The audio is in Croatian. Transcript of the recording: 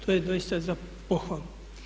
To je doista za pohvalu.